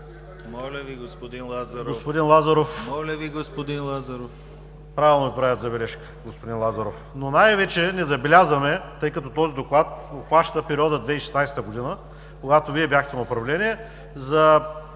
Моля Ви, господин Лазаров!